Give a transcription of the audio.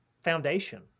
foundation